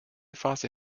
phase